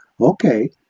okay